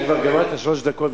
כבר גמרתי את שלוש הדקות,